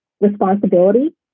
responsibility